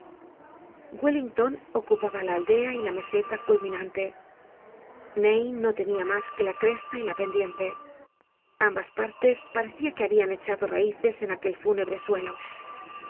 wellington ocupaba la aldea y la meseta culminante ney no tenia mas que la cresta y la pendiente ambas partes parecia que habian echado raices en aquel fúnebre suelo